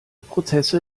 prozesse